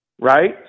right